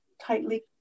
tightly